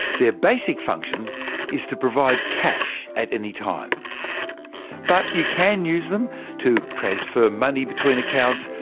their basic function is to provide cash at any time but you can use them to transfer money between accounts,